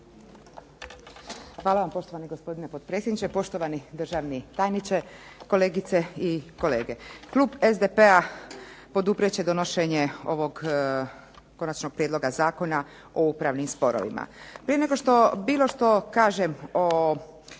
Hvala. Poštovani gospodine potpredsjedniče, poštovani državni tajniče, kolegice i kolege. Klub SDP-a poduprijet će donošenje ovog Konačnog prijedlog zakona o upravnim sporovima. Prije nego što bilo što kažem o